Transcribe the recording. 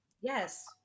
Yes